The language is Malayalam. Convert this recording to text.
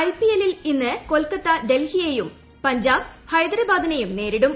ഐപിഎല്ലിൽ ഇന്ന് കൊൽക്കത്ത ഡൽഹിയേയും പഞ്ചാബ് ഹൈദരാബാദിനേയും നേരിടും